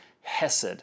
hesed